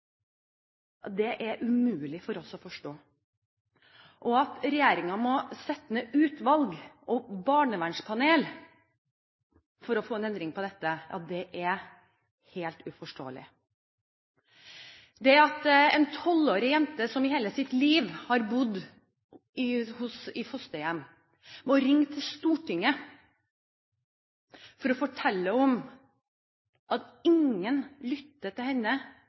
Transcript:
rettigheten, er umulig for oss å forstå. Og at regjeringen må sette ned utvalg og barnevernspanel for å få en endring på dette, er helt uforståelig. Når en tolvårig jente som i hele sitt liv har bodd i fosterhjem, må ringe til Stortinget for å fortelle at ingen lytter til henne